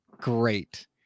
great